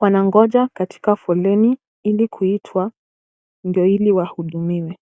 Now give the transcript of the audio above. wanangonja katika foleni ili kuitwa ndio ili wahudumiwe.